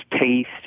taste